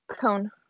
cone